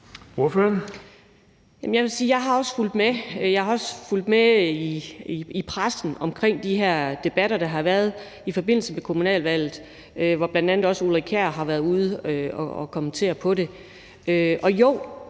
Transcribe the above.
Jeg har også fulgt med i pressen omkring de her debatter, der har været i forbindelse med kommunalvalget, hvor bl.a. også Ulrik Kjær har været ude at kommentere på det.